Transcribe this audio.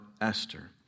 Esther